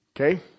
okay